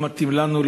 לא מתאים לנו,